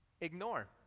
ignore